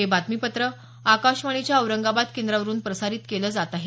हे बातमीपत्र आकाशवाणीच्या औरंगाबाद केंद्रावरून प्रसारित केलं जात आहे